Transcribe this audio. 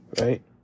right